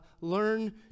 learn